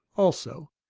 also,